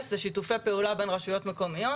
זה שיתופי פעולה בין רשויות מקומיות,